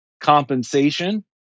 compensation